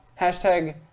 hashtag